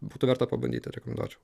būtų verta pabandyti rekomenduočiau